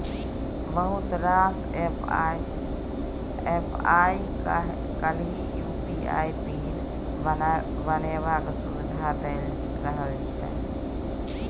बहुत रास एप्प आइ काल्हि यु.पी.आइ पिन बनेबाक सुविधा दए रहल छै